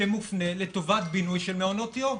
שמופנה לטובת בינוי של מעונות יום.